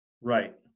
Right